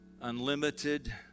unlimited